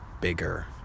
bigger